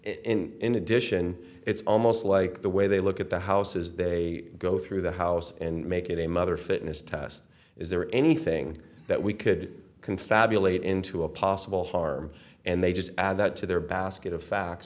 and in addition it's almost like the way they look at the houses they go through the house and make it a mother fitness test is there anything that we could confabulate into a possible harm and they just add that to their basket of facts